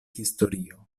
historio